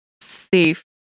safe